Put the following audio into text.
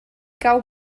cau